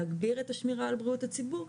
להגביר את השמירה על בריאות הציבור,